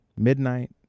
midnight